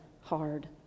hard